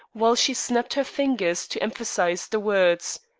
while she snapped her fingers to emphasize the words.